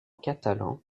catalan